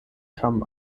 kam